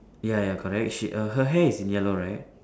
ya ya correct she err her hair is in yellow right